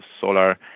solar